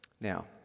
Now